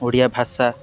ଓଡ଼ିଆ ଭାଷା